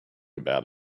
about